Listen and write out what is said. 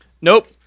Nope